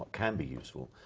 can be useful,